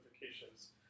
notifications